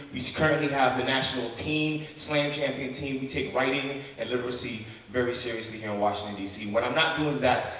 we currently have the national teen slam champion team take writing and literacy very seriously here in washington, d c. when i'm not doing that,